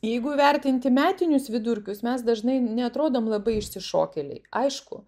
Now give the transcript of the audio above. jeigu vertinti metinius vidurkius mes dažnai neatrodom labai išsišokėliai aišku